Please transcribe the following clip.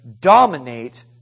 dominate